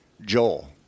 Joel